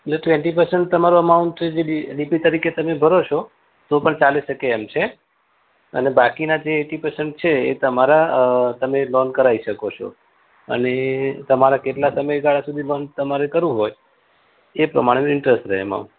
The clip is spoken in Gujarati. એટલે ટ્વેન્ટી પરસન્ટ તમારું અમાઉન્ટ છે જે ડીપી તરીકે તમે ભરો છો તો પણ ચાલી શકે એમ છે અને બાકીના જે એઈટી પરસન્ટ જે છે એ તમારા અ તમે લોન કરાવી શકો છો અને તમારા કેટલા સમયગાળા સુધી લોન તમારે કરવી હોય એ પ્રમાણેનો ઇન્ટરેસ્ટ રહે એમાં